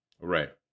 Right